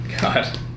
God